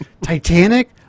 Titanic